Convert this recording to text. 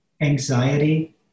anxiety